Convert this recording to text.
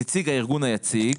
נציג הארגון היציג,